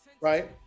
Right